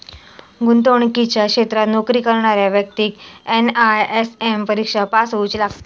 गुंतवणुकीच्या क्षेत्रात नोकरी करणाऱ्या व्यक्तिक एन.आय.एस.एम परिक्षा पास होउची लागता